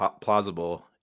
plausible